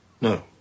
No